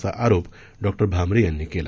असा आरोप डॉ भामरे यांनी केला